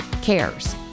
cares